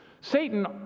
Satan